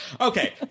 Okay